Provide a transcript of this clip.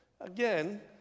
Again